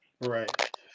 Right